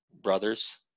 brothers